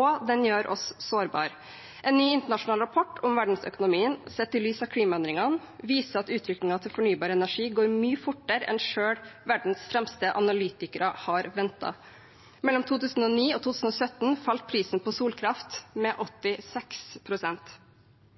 og den gjør oss sårbar. En ny internasjonal rapport om verdensøkonomien sett i lys av klimaendringene viser at utviklingen til fornybar energi går mye fortere enn selv verdens fremste analytikere har ventet. Mellom 2009 og 2017 falt prisen på solkraft med